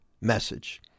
message